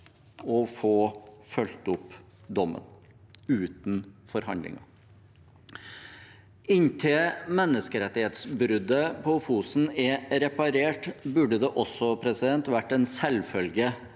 å følge opp dommen, uten forhandlinger. Inntil menneskerettighetsbruddet på Fosen er reparert, burde det også være en selvfølge